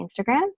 Instagram